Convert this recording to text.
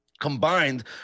combined